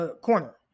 corner